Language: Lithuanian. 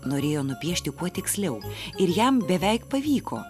norėjo nupiešti kuo tiksliau ir jam beveik pavyko